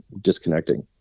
disconnecting